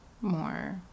more